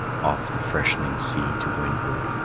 off the freshening sea to windward,